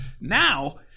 Now